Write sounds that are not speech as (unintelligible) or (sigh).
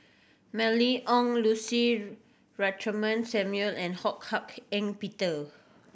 Mylene Ong Lucy (unintelligible) Samuel and Ho Hak Ean Peter